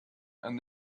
and